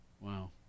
Wow